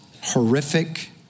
horrific